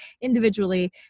individually